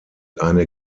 eine